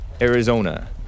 Arizona